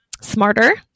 smarter